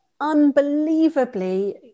unbelievably